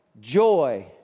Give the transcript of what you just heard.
joy